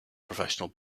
professional